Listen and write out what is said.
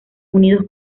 unido